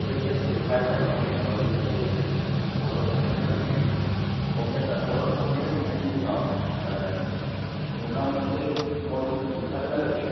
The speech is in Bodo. बे केसखौ फाइल खालामखांनायनि उनाव जोङो बेखौ कर्टआव साबमिट होनांगोन गभमेन्ट ओ कर्टआव साबमिट होखांनायनि उनाव नोंनाव मोनसे नटिफिकेसन ओंखारगोन आरोखि